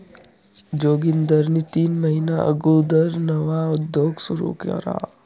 जोगिंदरनी तीन महिना अगुदर नवा उद्योग सुरू करा